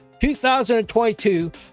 2022